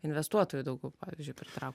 investuotojų daugiau pavyzdžiui pritraukt